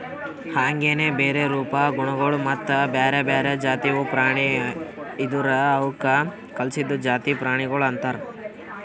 ಹಾಂಗೆನೆ ಬೇರೆ ರೂಪ, ಗುಣಗೊಳ್ ಮತ್ತ ಬ್ಯಾರೆ ಬ್ಯಾರೆ ಜಾತಿವು ಪ್ರಾಣಿ ಇದುರ್ ಅವುಕ್ ಕಲ್ಸಿದ್ದು ಜಾತಿ ಪ್ರಾಣಿಗೊಳ್ ಅಂತರ್